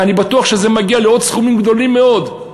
אני בטוח שזה מגיע לעוד סכומים גדולים מאוד.